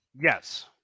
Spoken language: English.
Yes